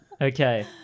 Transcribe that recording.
Okay